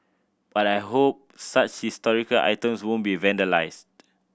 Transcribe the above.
but I hope such historical items won't be vandalised